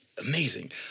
amazing